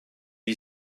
you